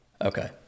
Okay